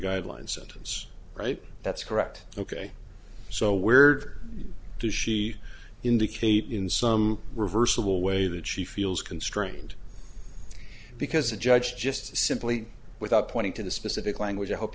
guideline sentence right that's correct ok so weird does she indicate in some reversible way that she feels constrained because a judge just simply without pointing to the specific language i hope